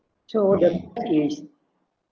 so the what is